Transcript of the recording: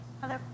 Hello